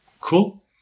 Cool